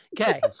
Okay